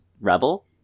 rebel